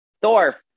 Thor